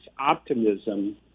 optimism